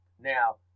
Now